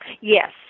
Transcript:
Yes